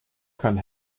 kann